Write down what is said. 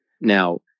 Now